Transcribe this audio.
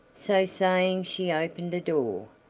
so saying she opened a door,